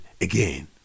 again